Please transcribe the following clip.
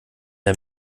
der